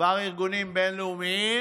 ארגונים בין-לאומיים